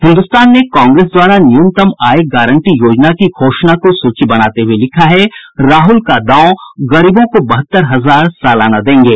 हिन्दुस्तान ने कांग्रेस द्वारा न्यूनतम आय गारंटी योजना की घोषणा को सुर्खी बनाते हुए लिखा है राहुल का दांव गरीबों को बहत्तर हजार सालाना देंगे